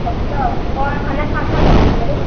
अच्छा अञा छा छा अथव हीअंर